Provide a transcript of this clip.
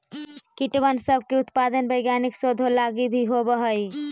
कीटबन सब के उत्पादन वैज्ञानिक शोधों लागी भी होब हई